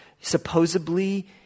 supposedly